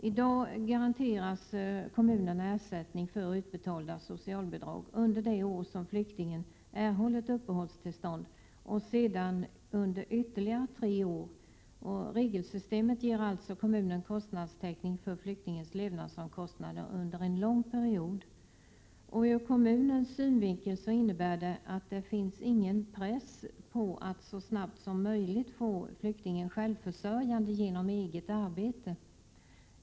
I dag garanteras kommunerna ersättning för utbetalda socialbidrag under det år som flyktingen erhållit uppehållstillstånd och sedan under ytterligare tre år. Regelsystemet ger alltså kommunen kostnadstäckning för flyktingens levnadsomkostnader under en lång period. Ur kommunens synvinkel innebär det att det inte finns någon press på kommunen att så snabbt som möjligt få flyktingen självförsörjande genom eget arbete.